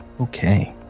Okay